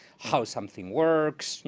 how something works, you